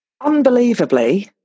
Unbelievably